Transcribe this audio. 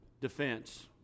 defense